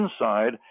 inside